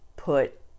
put